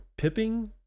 pipping